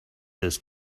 this